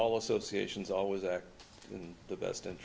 all associations always act in the best and